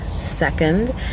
second